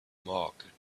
mark